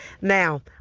Now